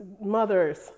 mothers